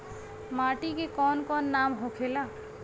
माटी के कौन कौन नाम होखे ला?